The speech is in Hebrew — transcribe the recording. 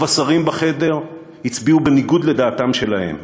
רוב השרים בחדר הצביעו בניגוד לדעתם-שלהם.